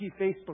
Facebook